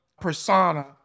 persona